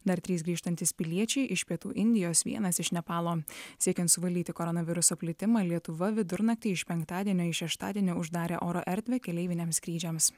dar trys grįžtantys piliečiai iš pietų indijos vienas iš nepalo siekiant suvaldyti koronaviruso plitimą lietuva vidurnaktį iš penktadienio į šeštadienį uždarė oro erdvę keleiviniams skrydžiams